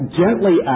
gently